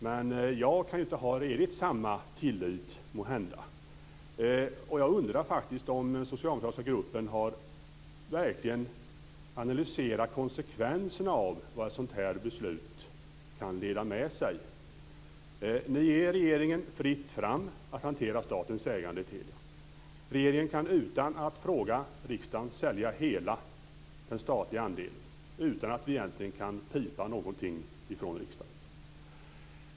Men jag kan inte ha samma tillit måhända. Jag undrar faktiskt om den socialdemokratiska gruppen verkligen har analyserat konsekvenserna av vad ett sådant här beslut skulle föra med sig. Ni ger regeringen fritt fram att hantera statens ägande i Telia. Regeringen kan utan att fråga riksdagen sälja hela den statliga andelen utan att vi egentligen kan vidta någonting från riksdagen.